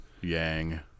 Yang